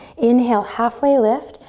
inhale, halfway lift.